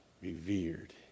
revered